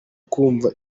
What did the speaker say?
kumva